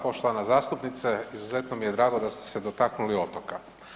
Poštovana zastupnice izuzetno mi je drago da ste se dotaknuli Otoka.